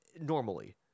normally